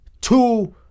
two